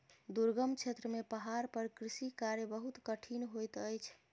दुर्गम क्षेत्र में पहाड़ पर कृषि कार्य बहुत कठिन होइत अछि